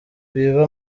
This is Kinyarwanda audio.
biba